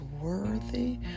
worthy